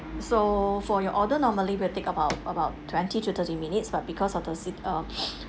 so for your order normally will take about about twenty to thirty minutes but because of the si~ um